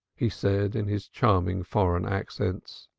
he said in his charming foreign accents.